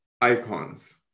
icons